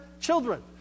children